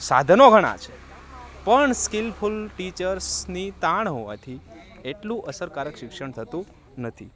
સાધનો ઘણા છે પણ સ્કિલફૂલ ટીચર્સ ની તાણ હોવાથી એટલું અસરકારક શિક્ષણ થતું નથી